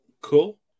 Cool